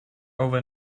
over